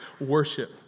worship